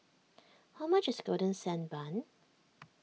how much is Golden Sand Bun